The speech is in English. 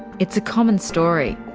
it's a common story.